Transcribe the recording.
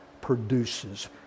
produces